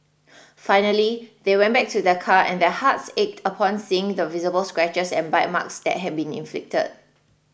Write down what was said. finally they went back to their car and their hearts ached upon seeing the visible scratches and bite marks that had been inflicted